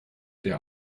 der